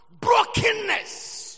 brokenness